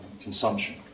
consumption